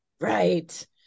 right